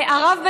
הרב בן-דהן,